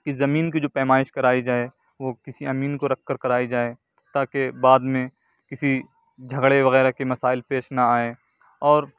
کہ زمین کی جو پیمائش کرائی جائے وہ کسی امین کو رکھ کر کرائی جائے تاکہ بعد میں کسی جھگڑے وغیرہ کے مسائل پیش نہ آئیں اور